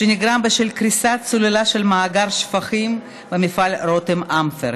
שנגרם בשל קריסת סוללה של מאגר שפכים במפעל רותם אמפרט.